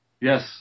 Yes